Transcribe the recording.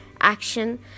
action